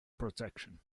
protection